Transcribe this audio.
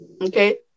Okay